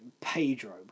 Pedro